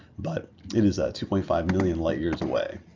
but it is a two point five million light-years away.